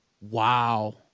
Wow